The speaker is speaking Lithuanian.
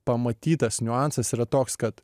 pamatytas niuansas yra toks kad